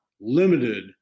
limited